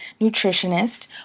nutritionist